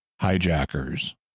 hijackers